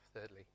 thirdly